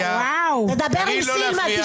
דבר עם סילמן,